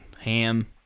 ham